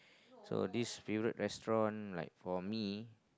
so this favourite restaurant like for me